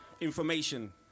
information